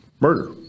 murder